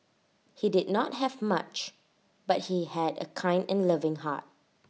he did not have much but he had A kind and loving heart